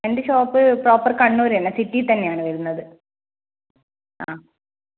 എൻ്റെ shop proper Kannur തന്നെ സിറ്റിയിൽ തന്നെ ആണ് വരുന്നത് ആ